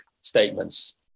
statements